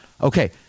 Okay